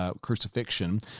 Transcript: crucifixion